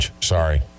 sorry